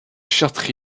short